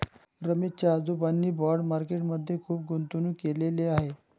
रमेश च्या आजोबांनी bond market मध्ये खुप गुंतवणूक केलेले आहे